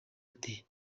ati